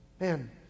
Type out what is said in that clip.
Man